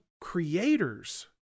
creators